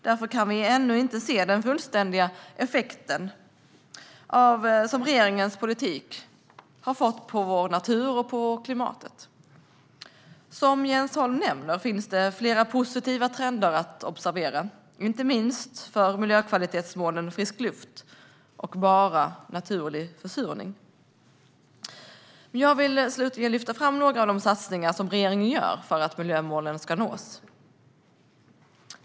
Därför kan vi ännu inte se den fullständiga effekten som regeringens politik har fått på vår natur och vårt klimat. Som Jens Holm nämner finns det flera positiva trender att observera, inte minst för miljökvalitetsmålen Frisk luft och Bara naturlig försurning. Jag vill lyfta fram några av de satsningar som regeringen gör för att miljömålen ska nås.